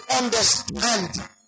understand